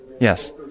Yes